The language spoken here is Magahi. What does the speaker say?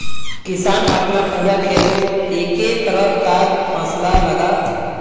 किसान अपना पूरा खेतोत एके तरह कार फासला लगाः